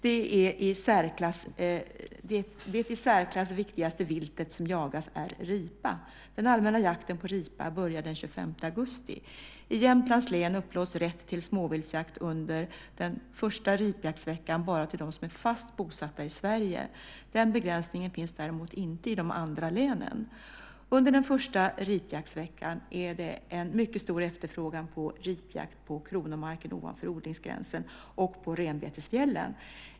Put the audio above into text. Det i särklass viktigaste viltet som jagas är ripa. Den allmänna jakten på ripa börjar den 25 augusti. I Jämtlands län upplåts rätt till småviltsjakt under den första ripjaktsveckan bara till den som är fast bosatt i Sverige. Den begränsningen finns däremot inte i de andra länen. Under den första ripjaktsveckan är det en mycket stor efterfrågan på ripjakt på kronomarken ovanför odlingsgränsen och på renbetesfjällen.